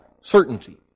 certainty